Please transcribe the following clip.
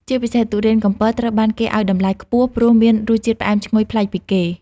ជាពិសេស ទុរេនកំពត ត្រូវបានគេឲ្យតម្លៃខ្ពស់ព្រោះមានរសជាតិផ្អែមឈ្ងុយប្លែកពីគេ។